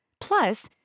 Plus